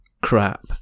crap